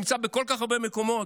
שנמצא בכל כך הרבה מקומות,